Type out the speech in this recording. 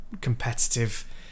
competitive